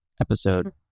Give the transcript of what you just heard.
episode